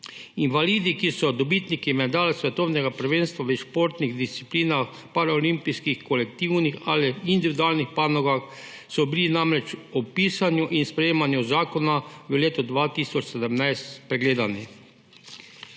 Invalidi, ki so dobitniki medalj s svetovnega prvenstva v športnih disciplinah paraolimpijskih, kolektivnih ali individualnih panogah, so bili namreč pri opisu in sprejemanju zakona v letu 2017 spregledani.